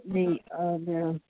जी हा भेण